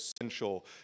essential